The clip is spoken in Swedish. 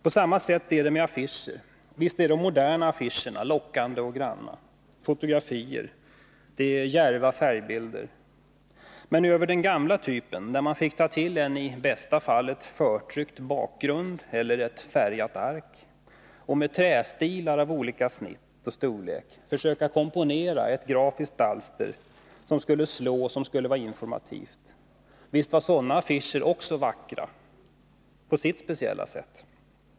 På samma sätt är det med affischer: Visst är de moderna affischerna lockande och granna, med fotografier, djärva färgbilder. Men över den gamla typen, där man fick ta till en i bästa fall för-tryckt bakgrund eller ett färgat ark och med trästilar av olika snitt och storlek försöka komponera ett grafiskt alster som skulle slå, som skulle vara informativt, låg det också något som gjorde alstren vackra på sitt speciella sätt.